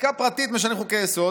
בחקיקה פרטית משנים חוקי-יסוד.